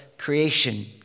creation